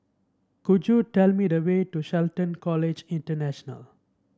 could you tell me the way to Shelton College International